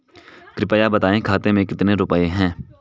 कृपया बताएं खाते में कितने रुपए हैं?